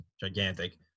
Gigantic